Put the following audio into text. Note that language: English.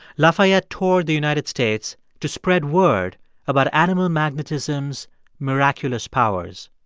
lafayette toured the united states to spread word about animal magnetism's miraculous powers.